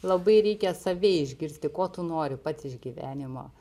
labai reikia save išgirsti ko tu nori pats iš gyvenimo